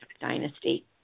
Dynasty